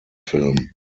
film